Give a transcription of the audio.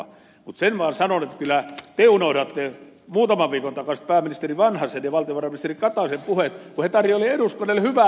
sen vaan sanon että kyllä te unohdatte muutaman viikon takaiset pääministeri vanhasen ja valtiovarainministeri kataisen puheet kun he tarjoilivat eduskunnalle hyvää bisnestä